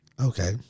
Okay